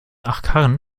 achkarren